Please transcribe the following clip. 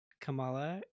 Kamala